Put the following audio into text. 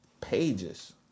pages